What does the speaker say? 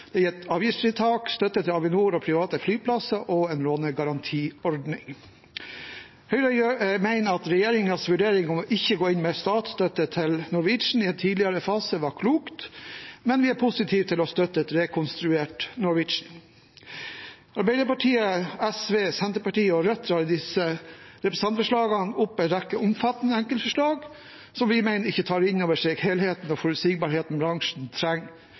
avgiftsfritak, ved støtte til Avinor og private flyplasser og ved en lånegarantiordning. Høyre mener at regjeringens vurdering om ikke å gå inn med statsstøtte til Norwegian i en tidligere fase var klok, men vi er positive til å støtte et rekonstruert Norwegian. Arbeiderpartiet, SV, Senterpartiet og Rødt drar i disse representantforslagene opp en rekke omfattende enkeltforslag som vi mener ikke tar inn over seg helheten og forutsigbarheten bransjen trenger